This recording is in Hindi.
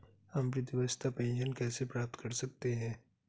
हम वृद्धावस्था पेंशन कैसे प्राप्त कर सकते हैं?